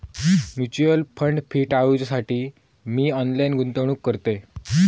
mutual fund fee टाळूच्यासाठी मी online गुंतवणूक करतय